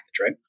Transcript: right